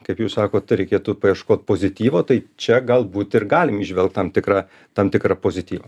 kaip jūs sakot reikėtų paieškot pozityvo tai čia galbūt ir galim įžvelgt tam tikrą tam tikrą pozityvą